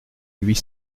huit